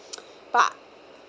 but